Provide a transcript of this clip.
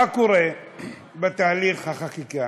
מה קורה בתהליך החקיקה?